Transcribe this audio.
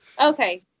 Okay